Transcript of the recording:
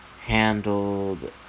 handled